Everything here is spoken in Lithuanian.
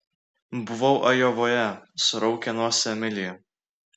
buvau ajovoje suraukė nosį emilija